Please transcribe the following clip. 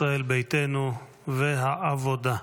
ישראל ביתנו והעבודה.